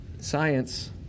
science